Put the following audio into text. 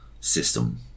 system